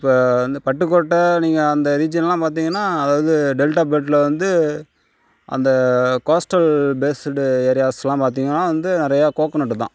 இப்போ வந்து பட்டுக்கோட்டை நீங்கள் அந்த ரீஜின்லாம் பார்த்திங்கன்னா அதாவது டெல்டா பகுதியில் வந்து அந்த கோஸ்ட்டல் பேஸுடு ஏரியாஸ்லாம் பார்த்திங்கன்னா வந்து நிறையா கோக்னெட்டுதான்